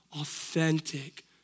authentic